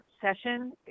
session